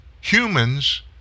Humans